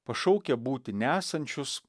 pašaukia būti nesančius